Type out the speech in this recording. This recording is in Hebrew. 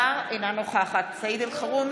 אינו נוכח קארין אלהרר, אינה נוכחת סעיד אלחרומי,